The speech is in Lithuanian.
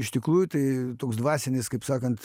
iš tikrųjų tai toks dvasinis kaip sakant